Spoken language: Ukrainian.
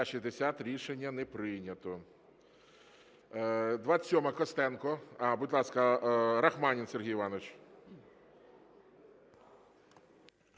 Рішення не прийнято.